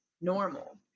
normal